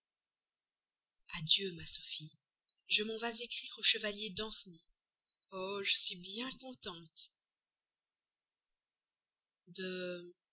adieu ma sophie je m'en vais écrire à m le chevalier danceny oh je suis bien contente de